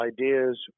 ideas